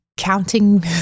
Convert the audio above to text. Counting